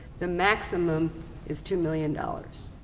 the maximum is two million dollars.